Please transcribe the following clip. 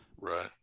right